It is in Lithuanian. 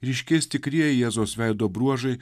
ryškės tikrieji jėzaus veido bruožai